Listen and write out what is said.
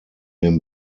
dem